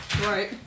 Right